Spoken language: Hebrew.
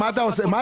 במה אתה עוסק?